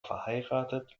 verheiratet